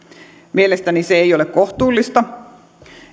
mielestäni se ei ole kohtuullista